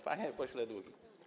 Panie Pośle Długi!